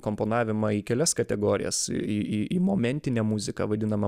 komponavimą į kelias kategorijas į į į momentinę muziką vadinamą